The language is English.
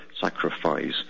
sacrifice